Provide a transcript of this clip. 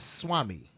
Swami